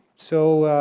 so